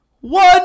one